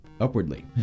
upwardly